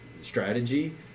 strategy